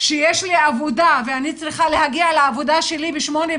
שיש לי עבודה ואני צריכה להגיע לעבודה שלי ב-08:00